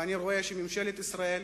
אני רואה שממשלת ישראל